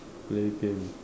play game